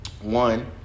One